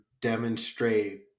demonstrate